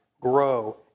grow